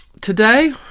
Today